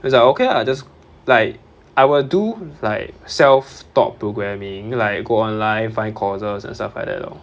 so it's like okay ah just like I will do like self taught programming like go online find courses and stuff like that lor